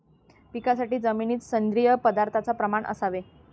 पिकासाठी जमिनीत सेंद्रिय पदार्थाचे प्रमाण असावे